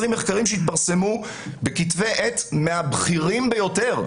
מחקרים שהתפרסמו בכתבי עט מהבכירים ביותר.